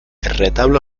retablo